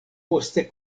poste